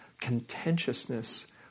contentiousness